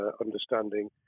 understanding